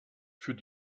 für